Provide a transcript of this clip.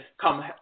come